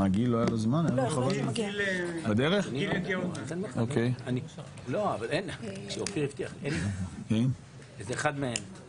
תיקון חוק שאני יזמתי וחוק שאמור לאפשר קבלת